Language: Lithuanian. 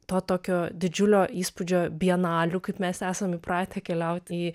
to tokio didžiulio įspūdžio bienalių kaip mes esam įpratę keliauti į